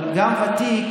אבל גם ותיק,